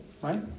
right